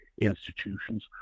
institutions